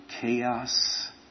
chaos